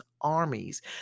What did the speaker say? armies